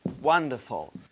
Wonderful